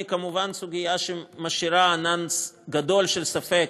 היא כמובן סוגיה שמשאירה ענן גדול של ספק